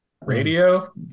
radio